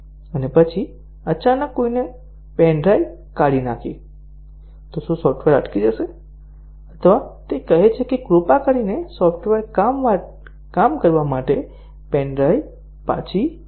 અને પછી અચાનક કોઈએ પેન ડ્રાઈવ કાઢી નાખી તો શું સોફ્ટવેર અટકી જાય છે અથવા તે કહે છે કે કૃપા કરીને સોફ્ટવેર કામ કરવા માટે પેન ડ્રાઈવ પાછો મૂકો